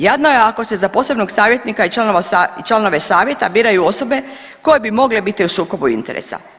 Jadno je ako se za posebnog savjetnika i članove savjeta biraju osobe koje bi mogle biti u sukobu interesa.